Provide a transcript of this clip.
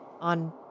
on